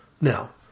Now